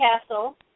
castle